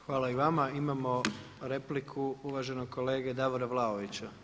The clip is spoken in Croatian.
Hvala i vama, imamo repliku uvaženog kolege Davora Vlaovića.